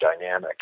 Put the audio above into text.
dynamic